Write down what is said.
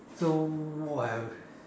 so I've